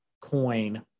coin